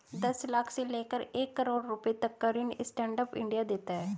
दस लाख से लेकर एक करोङ रुपए तक का ऋण स्टैंड अप इंडिया देता है